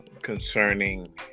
concerning